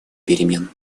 перемен